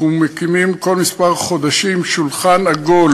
אנחנו מקימים כל כמה חודשים שולחן עגול